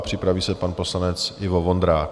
Připraví se pan poslanec Ivo Vondrák.